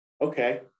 Okay